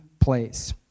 place